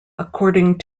according